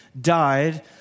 died